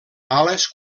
ales